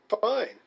fine